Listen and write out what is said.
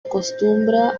acostumbra